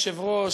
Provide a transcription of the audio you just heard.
אדוני היושב-ראש,